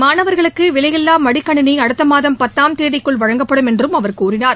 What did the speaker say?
மாணவர்களுக்கு விலையில்லா மடிக்கணினி அடுத்த மாதம் பத்தாம் தேதிக்குள் வழங்கப்படும் என்றும் அவர் கூறினார்